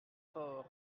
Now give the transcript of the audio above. fort